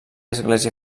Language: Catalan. església